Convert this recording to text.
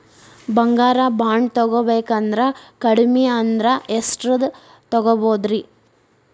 ಬಂಗಾರ ಬಾಂಡ್ ತೊಗೋಬೇಕಂದ್ರ ಕಡಮಿ ಅಂದ್ರ ಎಷ್ಟರದ್ ತೊಗೊಬೋದ್ರಿ?